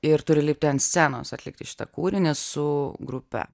ir turi lipti ant scenos atlikti šitą kūrinį su grupe